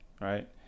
Right